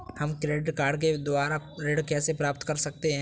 हम credit card के द्वारा ऋण कैसे प्राप्त कर सकते हैं?